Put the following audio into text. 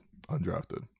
Undrafted